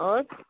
आओर